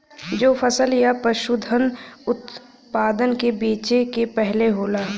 जो फसल या पसूधन उतपादन के बेचे के पहले होला